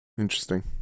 Interesting